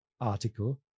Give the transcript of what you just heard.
article